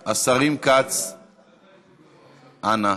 כץ, אנא.